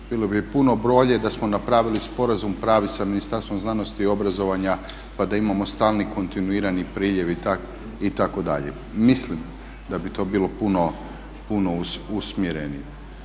Bilo bi puno bolje da smo napravili sporazum pravi sa Ministarstvom znanosti i obrazovanja pa da imamo stalni kontinuirani priljev itd.. Mislim da bi to bio puno usmjerenije.